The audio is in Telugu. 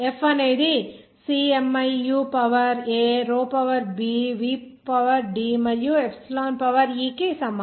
F అనేది C miu power a rho power b v power d మరియు ఎప్సిలాన్ పవర్ e కు సమానం